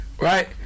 Right